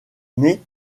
mais